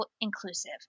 inclusive